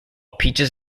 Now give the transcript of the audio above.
peaches